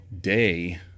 day